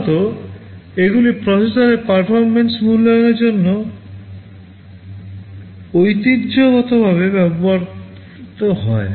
সাধারণত এগুলি প্রসেসরের পারফরম্যান্স মূল্যায়নের জন্য ঐতিহ্যগতভাবে ব্যবহৃত হয়